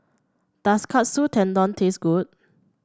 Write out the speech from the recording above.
does Katsu Tendon taste good